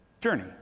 journey